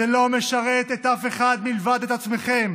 זה לא משרת את אף אחד מלבד את עצמכם,